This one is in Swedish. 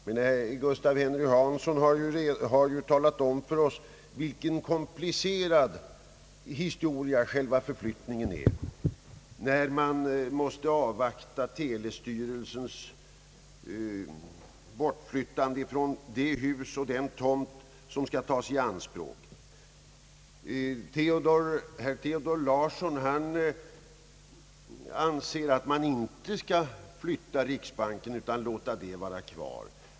Herr Gustaf Henry Hansson har dock redan talat om för oss vilken komplicerad historia själva flyttningen är, eftersom man måste avvakta telestyrelsens bortflyttande ifrån det hus och den tomt som skall tas i anspråk, Herr Nils Theodor Larsson anser, att man inte skall flytta riksbanken utan låta den vara kvar.